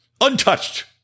untouched